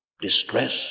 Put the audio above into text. Distress